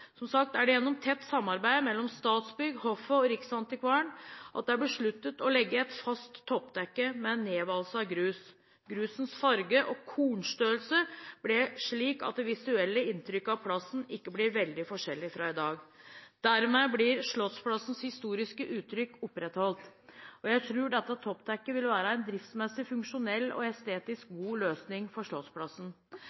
Som sagt er det gjennom et tett samarbeid mellom Statsbygg, hoffet og Riksantikvaren at det er besluttet å legge et fast toppdekke med nedvalset grus. Grusens farge og kornstørrelse blir slik at det visuelle inntrykket av plassen ikke blir veldig forskjellig fra i dag. Dermed blir Slottsplassens historiske uttrykk opprettholdt, og jeg tror dette toppdekket vil være en driftsmessig, funksjonell og estetisk